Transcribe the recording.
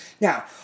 Now